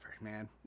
man